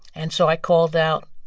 and so i called out,